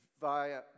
via